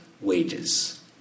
wages